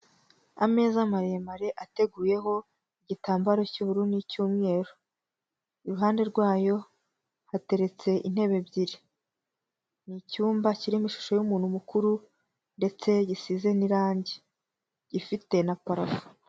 Ameza maremare ateguyeho igitambaro cy'ubururu n'icy'umweru. Iruhande rwayo hateretse intebe ebyiri. Ni icyumba kirimo ishusho y'umuntu mukuru, ndetse gisize n'irangi, gifite na parafo.